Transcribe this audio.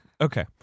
Okay